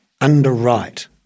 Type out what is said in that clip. underwrite